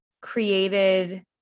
created